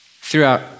Throughout